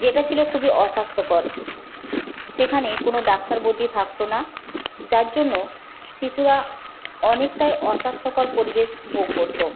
যেটা ছিলো খুবই অস্বাস্থকর সেখানে কোনও ডাক্তার বদ্দি থাকত না যার জন্য শিশুরা অনেকটাই অস্বাস্থকর পরিবেশ ভোগ করত